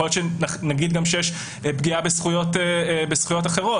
יכול להיות שנגיד גם שיש פגיעה בזכויות אחרות.